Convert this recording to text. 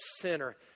sinner